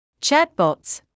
Chatbots